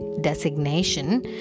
designation